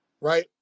right